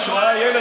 כשהוא היה ילד,